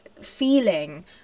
feeling